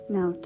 Now